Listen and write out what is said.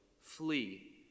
flee